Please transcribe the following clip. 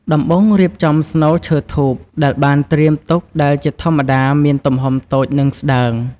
ដំបូងរៀបចំស្នូលឈើធូបដែលបានត្រៀមទុកដែលជាធម្មតាមានទំហំតូច និងស្តើង។